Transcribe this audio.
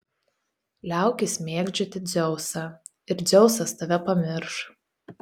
liaukis mėgdžioti dzeusą ir dzeusas tave pamirš